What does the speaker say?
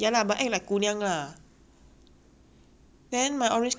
then my orange cat very manja [one] 整天要找我 mummy 抱的